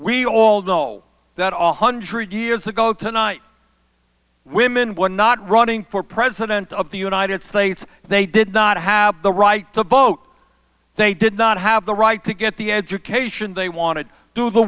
we know that all hundred years ago tonight women were not running for president of the united states they did not have the right to vote they did not have the right to get the education they wanted to do the